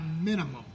minimum